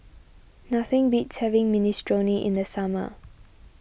nothing beats having Minestrone in the summer